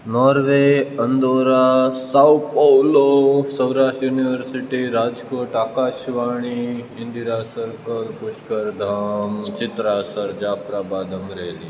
Norway Andorra south ઓલો Saurashtra university Rajkot Akashvani Indira circle Pushkar Dham Chitrasar Jafrabad Amreli